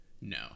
no